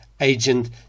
agent